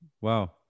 Wow